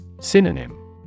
Synonym